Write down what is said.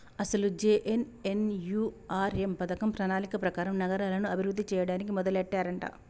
అసలు జె.ఎన్.ఎన్.యు.ఆర్.ఎం పథకం ప్రణాళిక ప్రకారం నగరాలను అభివృద్ధి చేయడానికి మొదలెట్టారంట